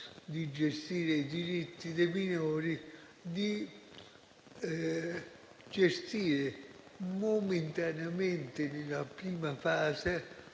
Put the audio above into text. di gestire i diritti dei minori, a gestire momentaneamente, nella prima fase,